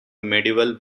medieval